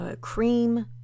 cream